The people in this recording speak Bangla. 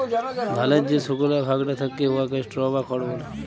ধালের যে সুকলা ভাগটা থ্যাকে উয়াকে স্ট্র বা খড় ব্যলে